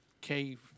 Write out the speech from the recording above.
cave